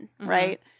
right